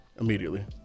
immediately